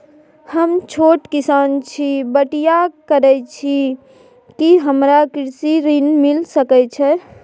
हम छोट किसान छी, बटईया करे छी कि हमरा कृषि ऋण मिल सके या?